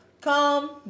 Come